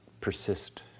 persist